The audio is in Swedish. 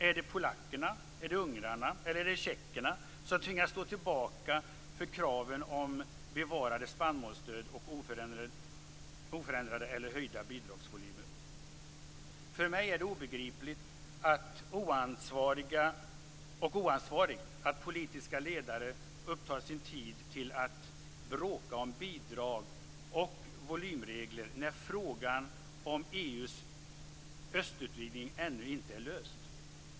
Är det polackerna, är det ungrarna eller är det tjeckerna som tvingas stå tillbaka för kraven om bevarade spannmålsstöd och oförändrade eller höjda bidragsvolymer? För mig är det obegripligt och oansvarigt att politiska ledare upptar sin tid med att bråka om bidrag och volymregler när frågan om EU:s östutvidgning ännu inte är löst.